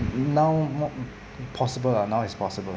now mo~ possible ah now is possible